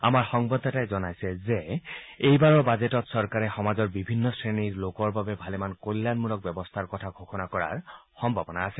আমাৰ সংবাদদাতাই জনাইছে যে এই বাৰৰ বাজেটত চৰকাৰে সমাজৰ বিভিন্ন শ্ৰেণীৰ লোকৰ বাবে ভালেমান কল্যাণমূলক ব্যৱস্থাৰ কথা ঘোষণা কৰাৰ সম্ভাৱনা আছে